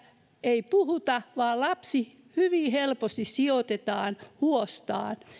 ei puhuta vaan että lapsi hyvin helposti sijoitetaan huostaan